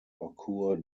occur